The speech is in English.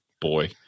boy